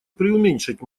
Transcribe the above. приуменьшить